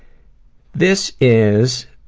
this is